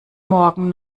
morgen